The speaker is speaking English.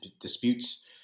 disputes